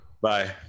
Bye